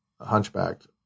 hunchbacked